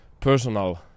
personal